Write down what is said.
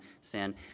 sin